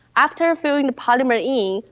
after filling the polymer in,